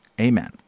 Amen